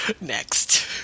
Next